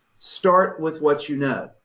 start with what you know.